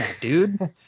dude